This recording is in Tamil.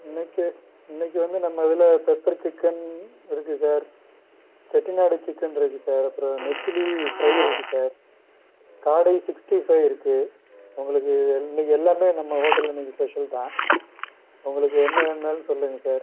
இன்னைக்கு இன்னைக்கு வந்து நம்ம இதில் பெப்பர் சிக்கன் இருக்குது சார் செட்டிநாடு சிக்கன் இருக்குது சார் அப்புறம் நெத்திலி ஃப்ரை இருக்குது சார் காடை சிக்ஸ்ட்டி ஃபைவ் இருக்குது உங்களுக்கு இன்னைக்கு எல்லாமே நம்ம ஹோட்டலில் இன்னைக்கு ஸ்பெஷல் தான் உங்களுக்கு என்ன வேணுனாலும் சொல்லுங்கள் சார்